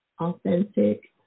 Authentic